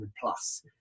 plus